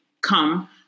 come